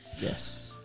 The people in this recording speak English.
Yes